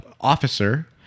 officer